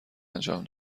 انجام